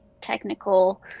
technical